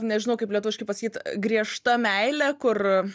nežinau kaip lietuviškai pasakyt griežta meilė kur